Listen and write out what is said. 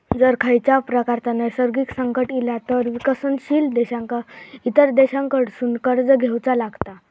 जर खंयच्याव प्रकारचा नैसर्गिक संकट इला तर विकसनशील देशांका इतर देशांकडसून कर्ज घेवचा लागता